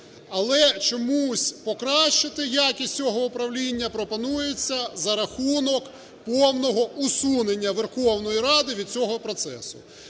Але чомусь покращити якість цього управління пропонується за рахунок повного усунення Верховної Ради від цього процесу.